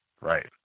Right